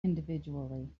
individually